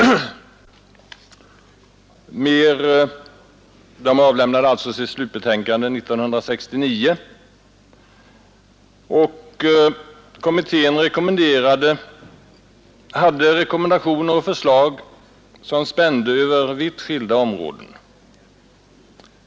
Kommittén avlämnade sitt slutbetänkande 1969 och hade rekommendationer och förslag som spände över vitt skilda områden.